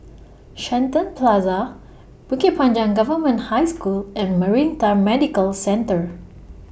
Shenton Plaza Bukit Panjang Government High School and Maritime Medical Centre